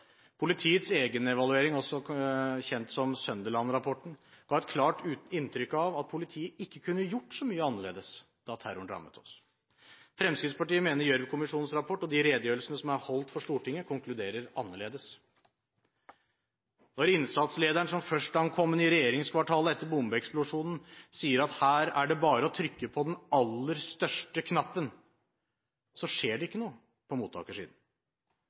Politiets egenevaluering, også kjent som Sønderland-rapporten, ga et klart inntrykk av at politiet ikke kunne gjort så mye annerledes da terroren rammet oss. Fremskrittspartiet mener at Gjørv-kommisjonens rapport og de redegjørelsene som er holdt for Stortinget, konkluderer annerledes. Da innsatslederen som først ankom regjeringskvartalet etter bombeeksplosjonen, sa at her var det bare å trykke på den aller største knappen, skjedde det ikke noe på mottakersiden